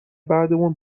بعدمون